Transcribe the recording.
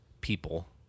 people